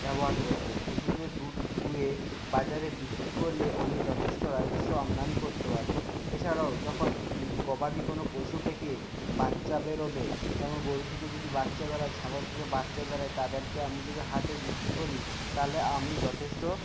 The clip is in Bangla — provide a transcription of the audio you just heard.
ব্যবহার করবো পশুদের দুধ দুয়ে বাজারে বিক্রি করলে আমি যথেষ্ট রাজস্ব আমদানি কোত্তে পারবো এছাড়াও যখন গবাদি কোনও পশু থেকে বাচ্চা বেরোবে যেমন গুরু থেকে যদি বাচ্চা বেরোয় ছাগল থেকে বাচ্চা বেরোয় তাদেরকে আমি যদি হাটে বিক্রি করি তাহলে আমি যথেষ্ট